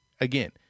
again